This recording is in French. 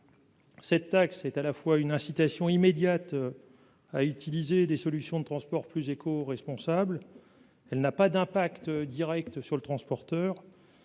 Cette taxe est une incitation immédiate à utiliser des solutions de transport plus écoresponsables. Elle n'a pas d'impact direct sur le transporteur.